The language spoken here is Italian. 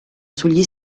sugli